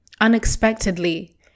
unexpectedly